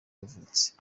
yavutse